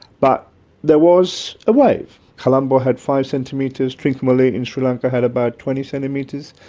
but there was a wave. colombo had five centimetres, trincomalee in sri lanka had about twenty centimetres.